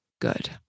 good